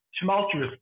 tumultuous